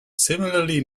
similarly